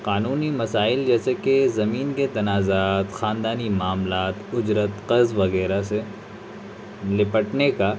قانونی مسائل جیسے کہ زمین کے تنازعات خاندانی معاملات اجرت قرض وغیرہ سے نپٹنے کا